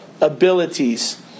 abilities